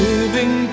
Living